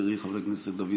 חברי חבר הכנסת דוד